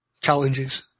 Challenges